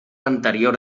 anterior